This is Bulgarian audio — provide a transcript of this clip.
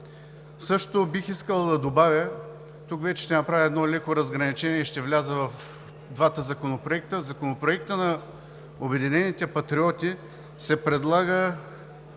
Също бих искал да добавя, тук вече ще направя едно леко разграничение и ще вляза в двата законопроекта – в Законопроекта на „Обединените патриоти“ се предлага